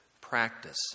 Practice